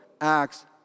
acts